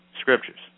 scriptures